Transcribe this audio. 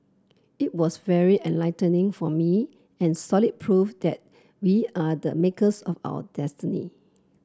it was very enlightening for me and solid proof that we are the makers of our destiny